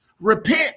Repent